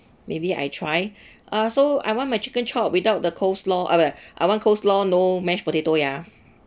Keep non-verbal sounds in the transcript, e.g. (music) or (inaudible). maybe I try (breath) uh so I want my chicken chop without the coleslaw uh I want coleslaw no mashed potato ya